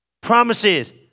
promises